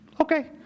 Okay